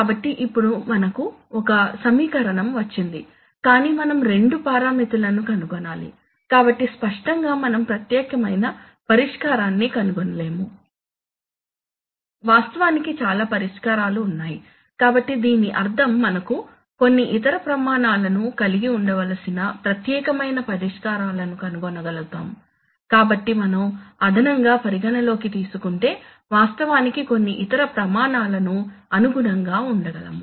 కాబట్టి ఇప్పుడు మనకు ఒక సమీకరణం వచ్చింది కాని మనం రెండు పారామితులను కనుగొనాలి కాబట్టి స్పష్టంగా మనం ప్రత్యేకమైన పరిష్కారాన్ని కనుగొనలేము వాస్తవానికి చాలా పరిష్కారాలు ఉన్నాయి కాబట్టి దీని అర్థం మనకు కొన్ని ఇతర ప్రమాణాలను కలిగి ఉండవలసిన ప్రత్యేకమైన పరిష్కారాలను కనుగొనగలుగుతాము కాబట్టి మనం అదనంగా పరిగణనలోకి తీసుకుంటే వాస్తవానికి కొన్ని ఇతర ప్రమాణాలకు అనుగుణంగా ఉండగలము